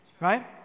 right